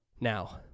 Now